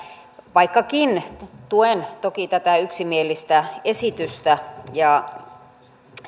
vaikkakin tuen toki tätä yksimielistä esitystä ja